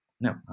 no